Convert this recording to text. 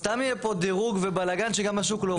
סתם יהיה פה דירוג ובלגן שגם השוק לא רוצה.